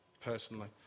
personally